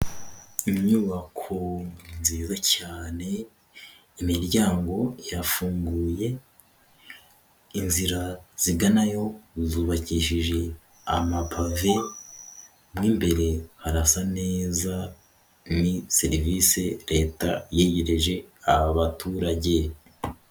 Inyubako nziza cyane, imiryango yafunguye, inzira ziganayo zubakishije amapave, mo imbere harasa neza, ni serivisi Leta yegereje abaturage.